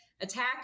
attack